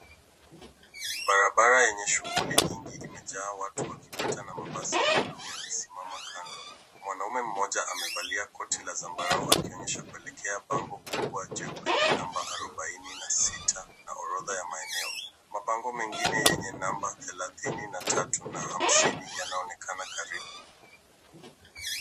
Barabara yenye shughuli nyingi imejaa watu wakipita na mabasi ya bluu yakisimama kando. Mwanaume mmoja amevalia koti la zambarau akionyesha kuelekea bango kubwa jeupe lenye namba 46 na orodha ya maeneo. Mabango mengine yenye namba 33 na 50 yanaonekana karibu.